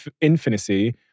infinity